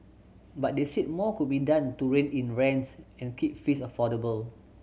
but they said more could be done to rein in rents and keep fees affordable